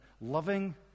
loving